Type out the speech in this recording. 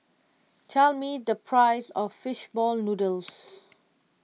tell me the price of Fish Ball Noodles